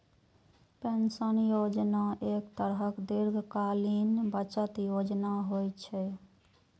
pension योजना एक तरहक दीर्घकालीन बचत योजना होइ छै